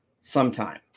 sometime